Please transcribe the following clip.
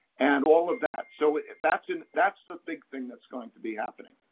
and all of that. so that's and that's the big thing that's going to be happening.